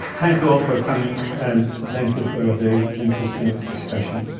thank you all for coming and thank you for a very interesting discussion.